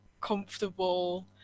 comfortable